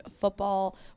football